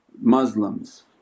Muslims